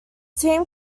team